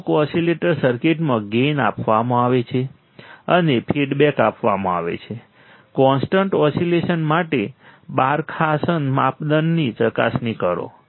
અમુક ઓસિલેટર સર્કિટમાં ગેઈન આપવામાં આવે છે અને ફીડબેક આપવામાં આવે છે કોન્સ્ટન્ટ ઓસિલેશન માટે બાર્કહાસન માપદંડની ચકાસણી કરો